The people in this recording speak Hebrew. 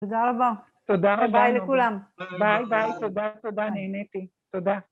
‫תודה רבה. ‫-תודה רבה. ‫-ביי לכולם. ‫ביי, ביי, תודה, תודה, נהניתי. ‫תודה.